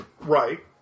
Right